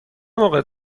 موقع